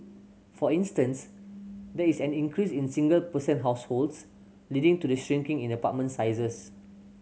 for instance there is an increase in single person households leading to the shrinking in apartment sizes